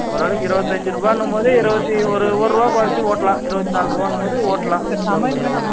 ஓரளவுக்கு இருபத்தஞ்சி ரூபான்னும் போது இருபத்தி ஒரு ஒருபா கொறைச்சி ஓட்டலாம் இருபத்தி நால்ருவாங்கும்போது ஓட்டலாம் கிலோமீட்டருக்கு